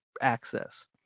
access